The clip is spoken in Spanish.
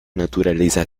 naturaleza